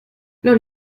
los